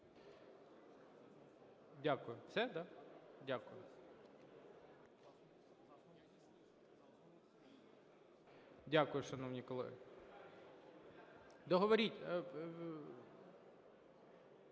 Дякую. Дякую, шановні колеги. Договоріть…